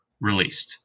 released